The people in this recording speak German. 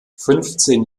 fünfzehn